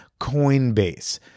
Coinbase